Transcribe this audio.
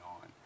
on